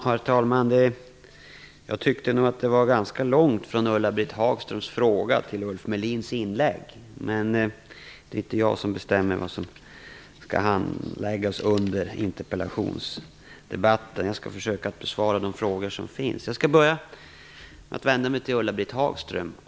Herr talman! Jag tycket nog att det var ganska långt från Ulla-Britt Hagströms fråga till Ulf Melins inlägg. Men det är inte jag som bestämmer vad som skall handläggas under interpellationsdebatten. Jag skall försöka besvara de frågor som finns. Jag skall börja med att vända mig till Ulla-Britt Hagström.